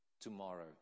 tomorrow